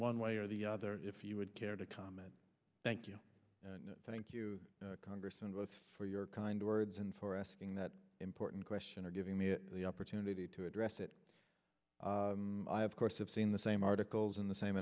one way or the other if you would care to comment thank you and thank you congressman both for your kind words and for asking that important question or giving me the opportunity to address it i of course have seen the same articles in the same